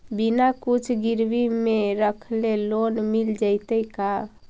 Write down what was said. बिना कुछ गिरवी मे रखले लोन मिल जैतै का?